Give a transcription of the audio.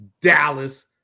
Dallas